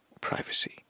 Privacy